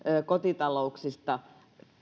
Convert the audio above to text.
kotitalouksista